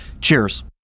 cheers